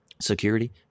security